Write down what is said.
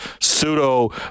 pseudo